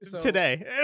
Today